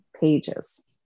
pages